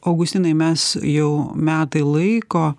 augustinai mes jau metai laiko